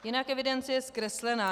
Jinak evidence je zkreslená.